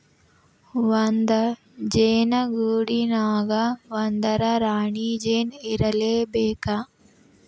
ಒಂದ ಜೇನ ಗೂಡಿನ್ಯಾಗ ಒಂದರ ರಾಣಿ ಜೇನ ಇರಲೇಬೇಕ